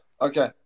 Okay